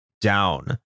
down